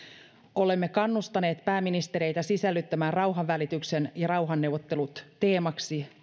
olemme kannustaneet pääministereitä sisällyttämään rauhanvälityksen ja rauhanneuvottelut teemaksi